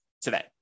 today